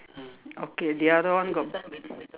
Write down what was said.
okay the other one got